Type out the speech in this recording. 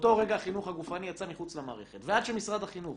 מאותו רגע החינוך הגופני יצא מחוץ למערכת ועד שמשרד החינוך